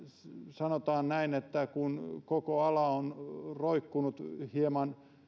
sanotaan näin että kun koko ala on roikkunut hieman